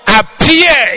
appear